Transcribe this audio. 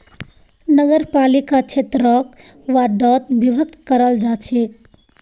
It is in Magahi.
नगरपालिका क्षेत्रक वार्डोत विभक्त कराल जा छेक